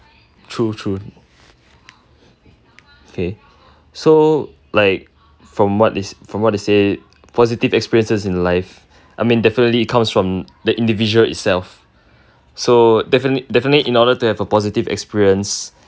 true true okay so like from what is from what they say positive experiences in life I mean definitely it comes from the individual itself so definite~ definitely in order to have a positive experience